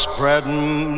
Spreading